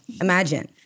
Imagine